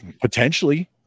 Potentially